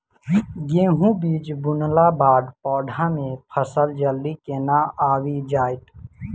गेंहूँ बीज बुनला बाद पौधा मे फसल जल्दी केना आबि जाइत?